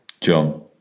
John